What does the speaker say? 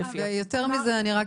ויותר מזה, אני רק